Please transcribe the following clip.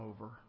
over